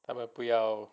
他们不要